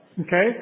Okay